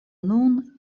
nun